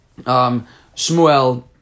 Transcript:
Shmuel